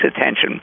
attention